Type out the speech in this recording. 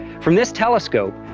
from this telescope,